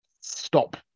stop